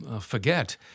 forget